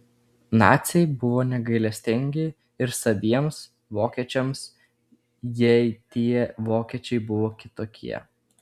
naciai buvo negailestingi ir saviems vokiečiams jei tie vokiečiai buvo kitokie